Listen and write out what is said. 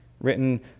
written